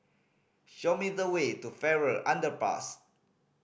show me the way to Farrer Underpass